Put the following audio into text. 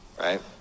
right